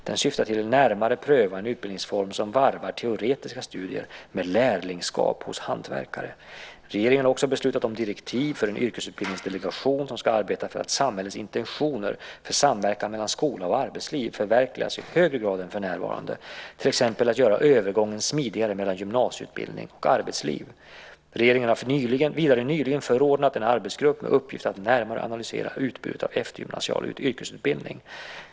Den syftar till att närmare pröva en utbildningsform som varvar teoretiska studier med lärlingskap hos hantverkare. Regeringen har också beslutat om direktiv för en yrkesutbildningsdelegation som ska arbeta för att samhällets intentioner för samverkan mellan skola och arbetsliv förverkligas i högre grad än för närvarande, till exempel att göra övergången smidigare mellan gymnasieutbildning och arbetsliv. Regeringen har vidare nyligen förordnat en arbetsgrupp med uppgift att närmare analysera utbudet av eftergymnasial yrkesutbildning.